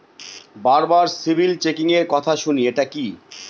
বারবার সিবিল চেকিংএর কথা শুনি এটা কি?